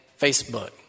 Facebook